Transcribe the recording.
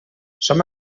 som